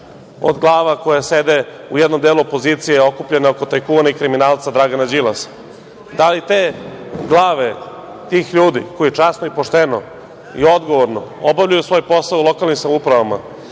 od glava koja sede u jednom delu opozicije okupljene oko tajkuna i kriminalca Dragana Đilasa? Da li te glave tih ljudi, koji časno, pošteno i odgovorno obavljaju svoj posao u lokalnim samoupravama,